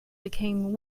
became